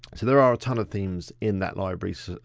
so there are a tonne of themes in that libraries.